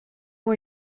moi